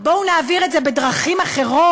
בואו נעביר את זה בדרכים אחרות,